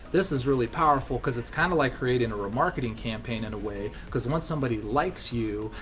this is really powerful cause its kind of like creating a remarketing campaign in a way, cause once somebody likes you,